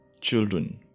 Children